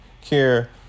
Care